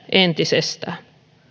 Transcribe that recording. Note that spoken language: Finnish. entisestään